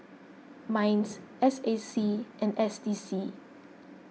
Minds S A C and S D C